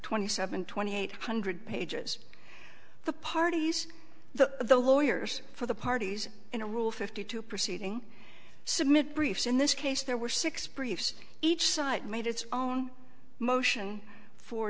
twenty seven twenty eight hundred pages the parties the lawyers for the parties in a rule fifty two proceeding submit briefs in this case there were six briefs each side made its own motion for